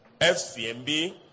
FCMB